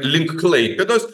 link klaipėdos